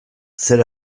zer